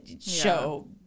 show